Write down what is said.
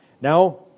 Now